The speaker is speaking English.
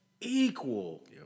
equal